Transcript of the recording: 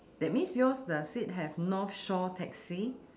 that means yours does it have north shore taxi